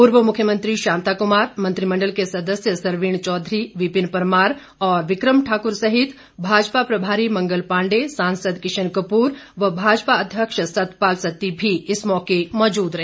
पूर्व मुख्यमंत्री शांता कुमार मंत्रिमंडल के सदस्य सरवीण चौधरी विपिन परमार और विक्रम ठाकुर सहित भाजपा प्रभारी मंगल पांडे सांसद किशन कपूर व भाजपा अध्यक्ष सतपाल सत्ती भी इस मौके मौजूद रहे